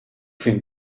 vind